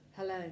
Hello